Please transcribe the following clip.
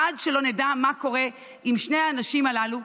עד שלא נדע מה קורה עם שני האנשים הללו,